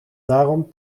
daarom